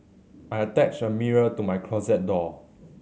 I attached a mirror to my closet door